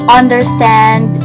understand